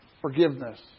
forgiveness